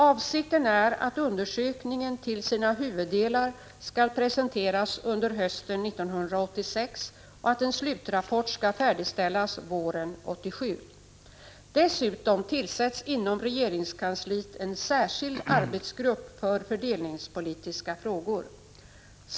Avsikten är att undersökningen till sina huvuddelar skall presenteras under hösten 1986 och att en slutrapport skall färdigställas våren 1987. Dessutom tillsätts inom regeringskansliet en särskild arbetsgrupp för fördelningspolitiska frågor.